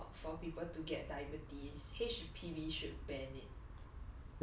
calling for for people to get diabetes H_P_B should ban ot